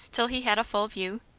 till he had a full view?